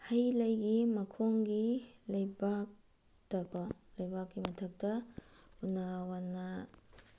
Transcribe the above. ꯍꯩ ꯂꯩꯒꯤ ꯃꯈꯣꯡꯒꯤ ꯂꯩꯕꯥꯛꯇ ꯀꯣ ꯂꯩꯕꯥꯛꯀꯤ ꯃꯊꯛꯇ ꯎꯅꯥ ꯋꯥꯅ